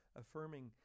affirming